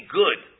good